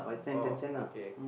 oh okay